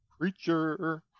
Preacher